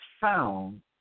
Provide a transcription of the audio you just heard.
found